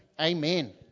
amen